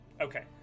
Okay